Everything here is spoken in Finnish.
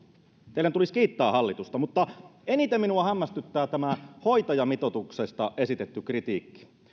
teidän tulisi kiittää hallitusta mutta eniten minua hämmästyttää tämä hoitajamitoituksesta esitetty kritiikki